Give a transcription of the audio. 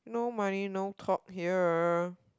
no money no talk here